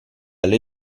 alle